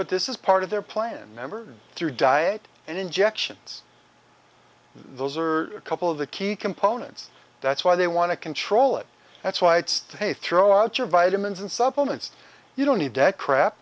but this is part of their plan member through diet and injections those are a couple of the key components that's why they want to control it that's why it's today throw out your vitamins and supplements you don't need dead crap